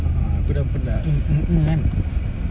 a'ah aku dah pedah tu mm mm mm kan